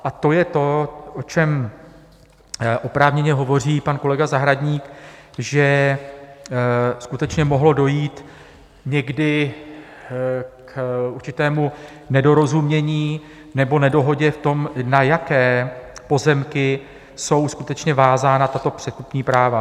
A to je to, o čem oprávněně hovoří pan kolega Zahradník, že skutečně mohlo dojít někdy k určitému nedorozumění nebo nedohodě v tom, na jaké pozemky jsou skutečně vázána tato předkupní práva.